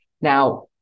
Now